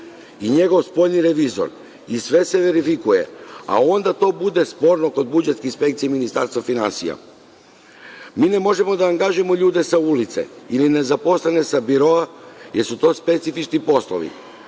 i njegov spoljni revizor i sve se verifikuje, a onda to bude sporno kod budžetske inspekcije Ministarstva finansija. Mi ne možemo da angažujemo ljude sa ulice ili nezaposlene sa biroa jer su to specifični poslovi,